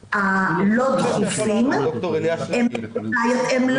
במצבים הלא דחופים לא קיימות.